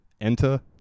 Enter